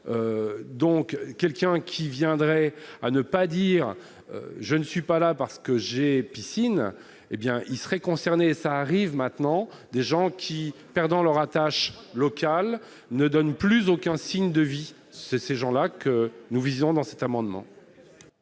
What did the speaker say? donc quelqu'un qui viendrait à ne pas dire je ne suis pas là parce que j'ai piscine, hé bien ils seraient concernés, ça arrive maintenant, des gens qui perdent leur attache locale ne donne plus aucun signe de vie, ces, ces gens-là que nous visons dans cet amendement.